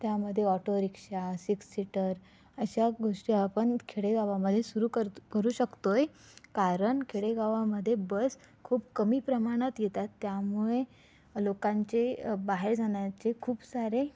त्यामध्ये auto rickshaw six seater अशा गोष्टी आपण खेडेगावामध्ये सुरु क करू शकतोय कारण खेडेगावामध्ये बस खूप कमी प्रमाणात येतात त्यामुळे लोकांचे बाहेर जाण्याचे खूप सारे